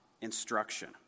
instruction